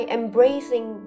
embracing